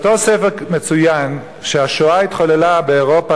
באתו ספר מצוין שהשואה התחוללה באירופה